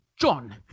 John